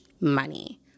money